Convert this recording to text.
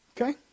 Okay